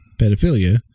pedophilia